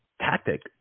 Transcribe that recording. tactic